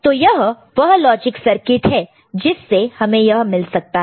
तो यह वह लॉजिक सर्किट है जिससे हमें यह मिल सकता है